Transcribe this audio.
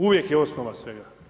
Uvijek je osnova svega.